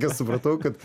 ir supratau kad